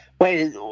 Wait